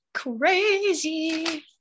crazy